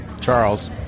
Charles